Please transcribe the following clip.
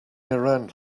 around